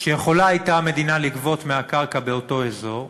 שיכולה הייתה המדינה לגבות מהקרקע באותו אזור,